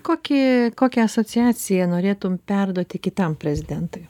kokį kokią asociaciją norėtum perduoti kitam prezidentui